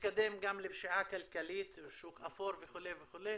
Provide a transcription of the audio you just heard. ונתקדם גם לפשיעה כלכלית, שוק אפור וכו' וכו',